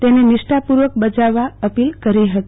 તેને નિષ્ઠાપર્વક બજાવવા અપિલ કરી હતી